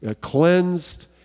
cleansed